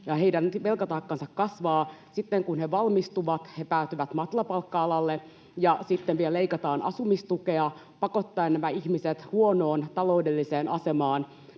Heidän velkataakkansa kasvaa. Sitten kun he valmistuvat, he päätyvät matalapalkka-alalle, ja sitten vielä leikataan asumistukea pakottaen nämä ihmiset huonoon taloudelliseen asemaan.